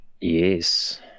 Yes